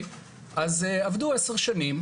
הם לא תוקפים, הם שואלים שאלות.